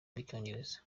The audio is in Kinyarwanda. rw’icyongereza